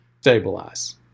stabilize